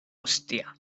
hostia